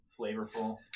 flavorful